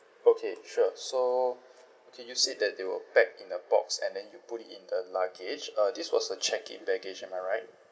okay sure so okay you said that they were packed in a box and then you put it in the luggage uh this was the check in baggage am I right